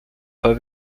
pas